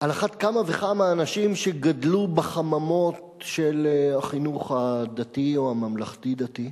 על אחת כמה וכמה אנשים שגדלו בחממות של החינוך הדתי או הממלכתי-דתי.